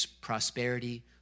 prosperity